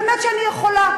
באמת שאני יכולה.